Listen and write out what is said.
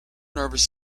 nervous